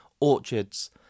Orchards